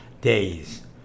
days